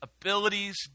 abilities